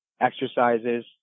exercises